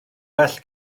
well